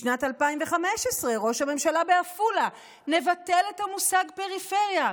בשנת 2015 ראש הממשלה בעפולה: נבטל את המושג פריפריה.